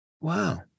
Wow